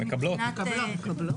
מקבלות.